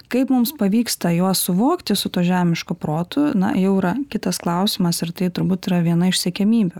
kaip mums pavyksta juos suvokti su tuo žemišku protu na jau yra kitas klausimas ir tai turbūt yra viena iš siekiamybių